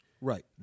Right